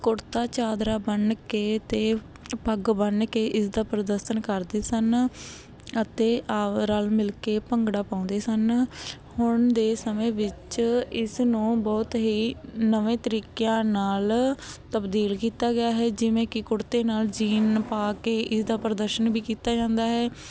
ਕੁੜਤਾ ਚਾਦਰਾ ਬੰਨ੍ਹ ਕੇ ਅਤੇ ਪੱਗ ਬੰਨ੍ਹ ਕੇ ਇਸਦਾ ਪ੍ਰਦਰਸ਼ਨ ਕਰਦੇ ਸਨ ਅਤੇ ਆਪ ਰਲ ਮਿਲ ਕੇ ਭੰਗੜਾ ਪਾਉਂਦੇ ਸਨ ਹੁਣ ਦੇ ਸਮੇਂ ਵਿੱਚ ਇਸ ਨੂੰ ਬਹੁਤ ਹੀ ਨਵੇਂ ਤਰੀਕਿਆਂ ਨਾਲ ਤਬਦੀਲ ਕੀਤਾ ਗਿਆ ਹੈ ਜਿਵੇਂ ਕਿ ਕੁੜਤੇ ਨਾਲ ਜੀਨ ਪਾ ਕੇ ਇਹਦਾ ਪ੍ਰਦਰਸ਼ਨ ਵੀ ਕੀਤਾ ਜਾਂਦਾ ਹੈ